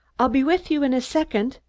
i'll be with you in a second,